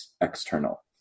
external